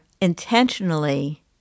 intentionally